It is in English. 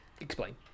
Explain